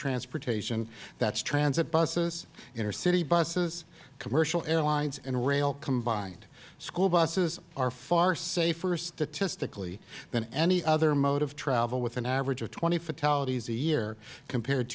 transportation that is transit buses intercity business commercial airlines and rail combined school buses are far safer statistically than any other mode of travel with an average of twenty fatalities a year compared